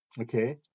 Okay